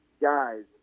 guys